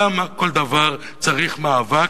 למה בכל דבר צריך מאבק,